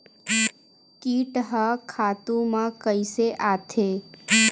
कीट ह खातु म कइसे आथे?